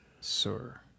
sir